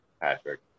Patrick